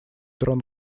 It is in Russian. дрон